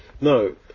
no